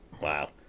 Wow